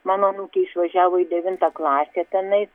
mano anūkė išvažiavo į devintą klasę tenais